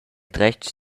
dretg